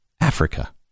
Africa